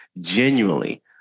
genuinely